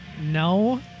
No